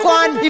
one